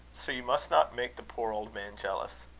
so you must not make the poor old man jealous.